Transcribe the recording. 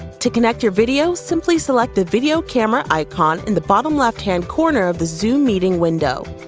to connect your video, simply select the video camera icon in the bottom left hand corner of the zoom meeting window.